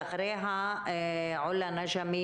ואחריה עולה נג'מי,